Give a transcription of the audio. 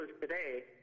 today